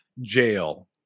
jail